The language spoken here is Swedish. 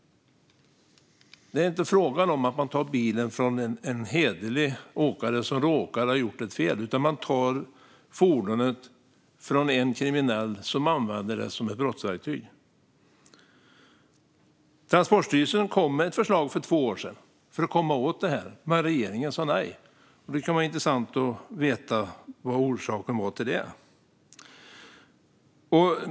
Det handlar inte om att ta bilen från en hederlig åkare som råkar ha gjort fel, utan det handlar om att ta fordonet från en kriminell som använder det som brottsverktyg. Transportstyrelsen kom för två år sedan med ett förslag för att komma åt det här. Men regeringen sa nej. Det skulle vara intressant att få höra orsaken till det.